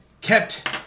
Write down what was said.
kept